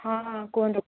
ହଁ ହଁ କୁହନ୍ତୁ